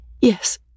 Yes